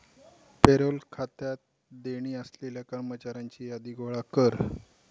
payroll खात्यात देणी असलेल्या कर्मचाऱ्यांची यादी गोळा कर